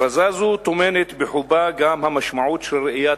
הכרזה זו טומנת בחובה גם משמעות של ראיית